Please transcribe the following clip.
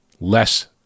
less